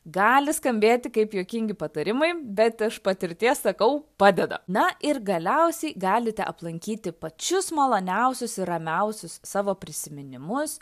gali skambėti kaip juokingi patarimai bet iš patirties sakau padeda na ir galiausiai galite aplankyti pačius maloniausius ir ramiausius savo prisiminimus